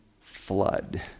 flood